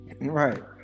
Right